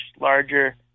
larger